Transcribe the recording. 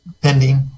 pending